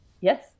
Yes